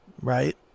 right